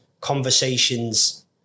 conversations